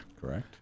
Correct